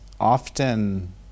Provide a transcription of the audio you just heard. often